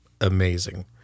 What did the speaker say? amazing